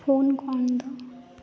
phone ᱠᱷᱚᱱ ᱫᱚ